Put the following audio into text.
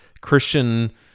Christian